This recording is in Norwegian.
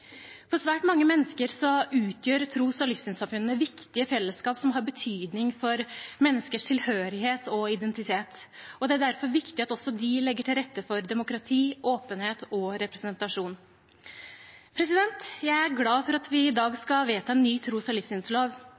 For svært mange mennesker utgjør tros- og livssynssamfunnene viktige fellesskap som har betydning for menneskers tilhørighet og identitet. Det er derfor viktig at også de legger til rette for demokrati, åpenhet og representasjon. Jeg er glad for at vi i dag skal vedta en ny tros- og livssynslov